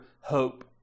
hope